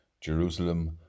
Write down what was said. Jerusalem